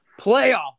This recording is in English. playoff